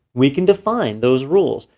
we can define those rules.